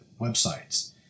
websites